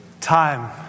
Time